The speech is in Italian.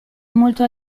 molto